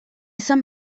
san